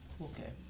Okay